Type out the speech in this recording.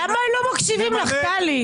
למה הם לא מקשיבים לך, טלי?